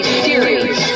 series